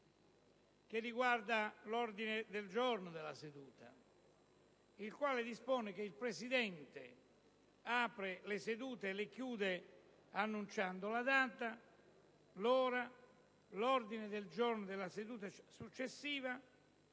che riguarda l'ordine del giorno della seduta. Esso dispone: «Il Presidente apre le sedute e le chiude annunciando la data, l'ora e l'ordine del giorno della seduta successiva,